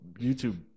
youtube